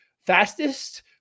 fastest